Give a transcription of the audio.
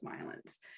violence